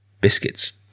biscuits